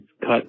cut